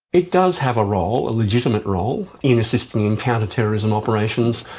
it does have a role, a legitimate role in assisting in counter-terrorism operations,